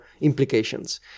implications